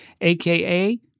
aka